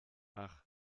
ach